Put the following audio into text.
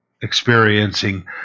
experiencing